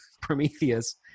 Prometheus